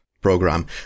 program